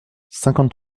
cinquante